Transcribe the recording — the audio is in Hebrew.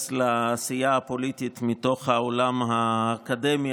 לעשייה הפוליטית מתוך העולם האקדמי,